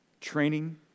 training